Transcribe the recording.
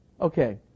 okay